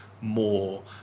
more